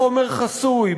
בחומר חסוי,